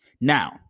Now